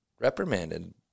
reprimanded